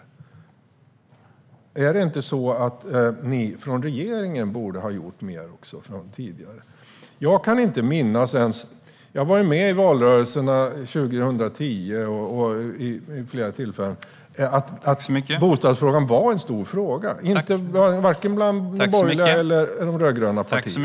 Borde inte ni från den dåvarande regeringen också ha gjort mer tidigare? Jag var med i valrörelsen 2010 och vid flera andra tillfällen, och jag kan inte minnas att bostadsfrågan var en stor fråga för vare sig de borgerliga eller de rödgröna partierna.